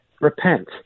repent